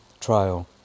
trial